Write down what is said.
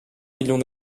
millions